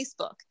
Facebook